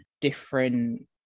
different